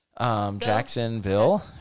Jacksonville